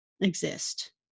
exist